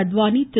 Advani Thiru